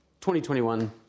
2021